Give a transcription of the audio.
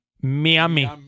Miami